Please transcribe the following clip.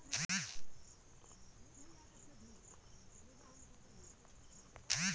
थोरहें समे वाला बिकलांग बीमा घलो रथें